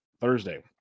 Thursday